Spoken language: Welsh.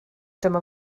dyma